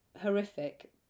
horrific